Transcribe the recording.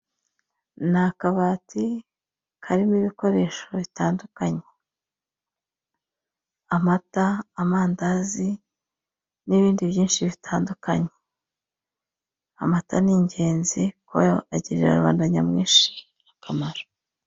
Ni akabati karimo ibikoresho bitandukanye; amata, amandazi n'ibindi byinshi bitandukanye. Amata ni ingenzi kuko agirira rubanda nyamwinshi akamaro.